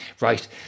right